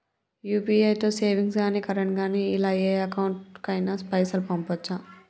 UPI తో savings గాని current గాని ఇలా ఏ అకౌంట్ కైనా పైసల్ పంపొచ్చా?